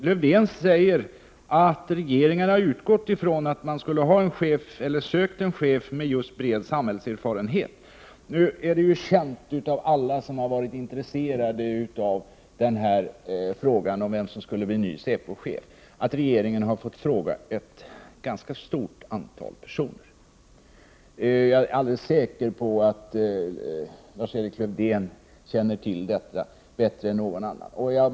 Lars-Erik Lövdén säger att regeringen har sökt en chef med just bred samhällserfarenhet. Det är ju känt av alla som har varit intresserade av frågan om vem som skulle bli ny säpochef att regeringen har fått fråga ett ganska stort antal personer. Jag är alldeles säker på att Lars-Erik Lövdén känner till detta bättre än någon annan.